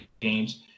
games